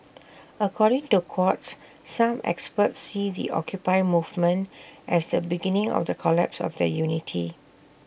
according to Quartz some experts see the occupy movement as the beginning of the collapse of their unity